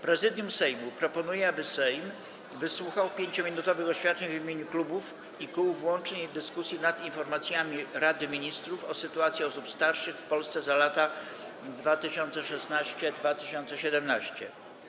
Prezydium Sejmu proponuje, aby Sejm wysłuchał 5-minutowych oświadczeń w imieniu klubów i kół w łącznej dyskusji nad informacjami Rady Ministrów o sytuacji osób starszych w Polsce za lata 2016 i 2017.